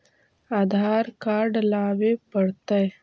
आधार card लाबे पड़तै?